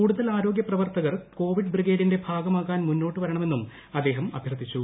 കൂടുതൽ ആരോഗ്യപ്രവർത്തകർ കോവിഡ് ബ്രിഗേഡിന്റെ ഭാഗമാകാൻ മുന്നോട്ട് വർണമെന്നും അദ്ദേഹം അഭ്യർത്ഥിച്ചു